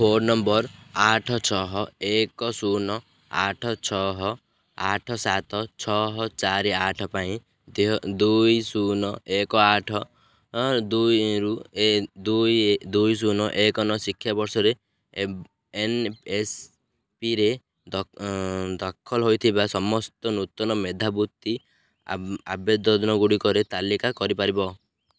phone number ଆଠ ଛଅ ଏକ ଶୁନ ଆଠ ଛହ ଆଠ ସାତ ଛଅ ଚାରି ଆଠ ପାଇଁ ଦୁଇ ଶୁନ ଏକ ଆଠ ରୁ ଦୁଇ ଶୁନ ଏକ ନଅ ଶିକ୍ଷାବର୍ଷରେ ଏନ୍ଏସ୍ପିରେ ଦାଖଲ ହୋଇଥିବା ସମସ୍ତ ନୂତନ ମେଧାବୃତ୍ତି ଆବେଦନଗୁଡ଼ିକର ତାଲିକା କରିପାରିବ